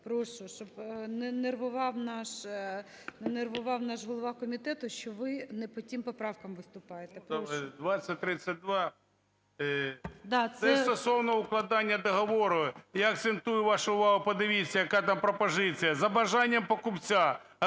Прошу, щоб не нервував наш голова комітету, що ви не по тим поправкам виступаєте. Прошу. 13:21:34 НІМЧЕНКО В.І. Добре. 2032 – це стосовно укладання договору. Я акцентую вашу увагу, подивіться, яка там пропозиція: "За бажанням покупця